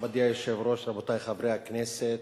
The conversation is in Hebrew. מכובדי היושב-ראש, רבותי חברי הכנסת,